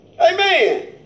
Amen